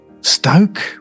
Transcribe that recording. Stoke